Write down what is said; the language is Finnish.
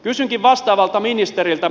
kysynkin vastaavalta ministeriltä